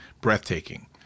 breathtaking